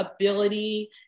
ability